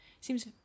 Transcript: Seems